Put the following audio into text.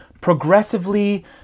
progressively